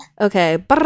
Okay